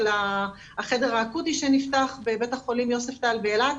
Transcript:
החדר האקוטי שנפתח בבית החולים יוספטל באילת,